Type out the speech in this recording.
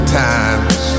times